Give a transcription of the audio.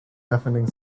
deafening